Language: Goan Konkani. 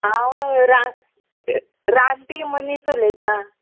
हांव रा रानपी मनीस उलयतां